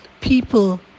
people